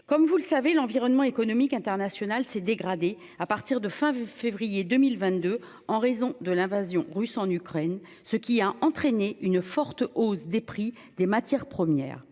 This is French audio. Comme vous le savez, l'environnement économique international s'est dégradé à partir de fin février 2022, en raison de l'invasion russe en Ukraine, ce qui a entraîné une forte hausse des prix des matières premières,